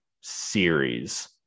series